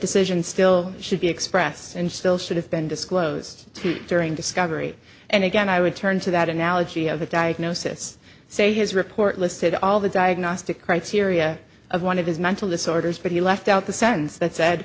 decision still should be expressed and still should have been disclosed to eat during discovery and again i would turn to that analogy of a diagnosis say his report listed all the diagnostic criteria of one of his mental disorders but he left out the sense that said